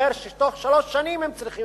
אומר שבתוך שלוש שנים הם צריכים